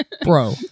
Bro